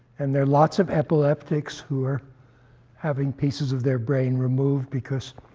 and there are lots of epileptics who are having pieces of their brain removed because